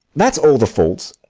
that's all the fault.